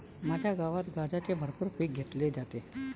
माझ्या गावात गांजाचे भरपूर पीक घेतले जाते